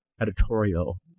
editorial